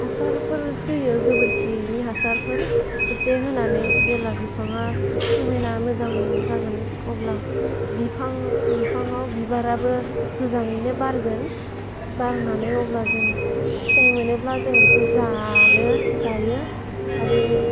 हासारफोर होयो गोबोरखिनि हासारफोर एसे होनानै जेला बिफाङा समायना मोजां जागोन अब्ला बिफां बिफाङाव बिबाराबो मोजाङैनो बारगोन बारनानै अब्ला जों फिथाइ मोनोब्ला जों बिखौ जानो जायो आरो